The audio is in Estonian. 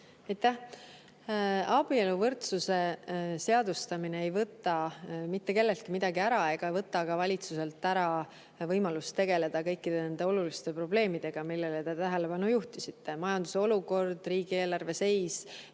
Abieluvõrdsuse seadustamine ei võta mitte kelleltki midagi ära ega võta ka valitsuselt ära võimalust tegeleda kõikide nende oluliste probleemidega, millele te tähelepanu juhtisite: majanduse olukord, riigieelarve seis,